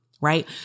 right